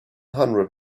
hundred